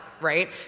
right